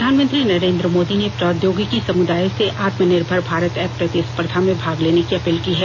प्रधानमंत्री नरेन्द्र मोदी ने प्रौद्योगिकी समुदाय से आत्मनिर्भर भारत एप प्रतिस्पर्धा में भाग लेने की अपील की है